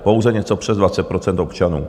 Pouze něco přes 20 % občanů.